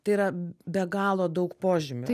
tai yra be galo daug požymių